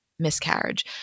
miscarriage